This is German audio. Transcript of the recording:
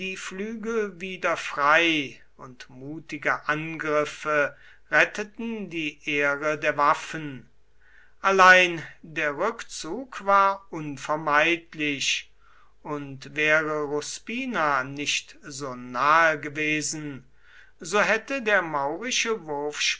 flügel wieder frei und mutige angriffe retteten die ehre der waffen allein der rückzug war unvermeidlich und wäre ruspina nicht so nahe gewesen so hätte der maurische